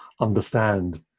understand